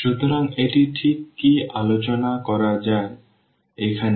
সুতরাং এটি ঠিক কী আলোচনা করা যাক এখানে